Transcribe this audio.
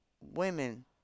Women